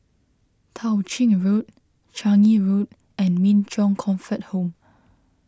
Tao Ching Road Changi Road and Min Chong Comfort Home